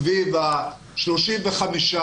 סביב ה-35,